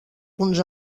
punts